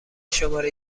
شماره